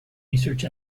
research